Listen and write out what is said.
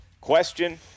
question